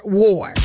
war